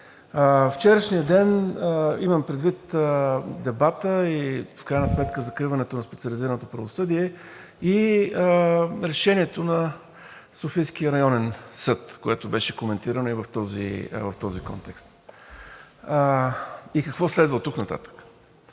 Вчерашния ден – имам предвид дебата и в крайна сметка закриването на специализираното правосъдие и решението на Софийския районен съд, което беше коментирано в този контекст, и какво следва оттук нататък.